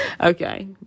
Okay